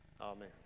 Amen